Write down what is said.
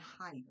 higher